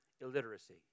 illiteracy